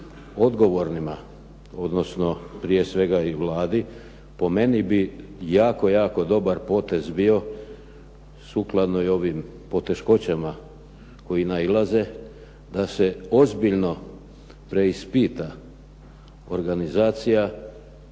odgovornima odnosno prije svega i Vladi. Po meni bi jako, jako dobar potez bio sukladno i ovim poteškoćama koji nailaze da se ozbiljno preispita organizacija